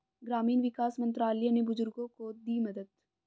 ग्रामीण विकास मंत्रालय ने बुजुर्गों को दी मदद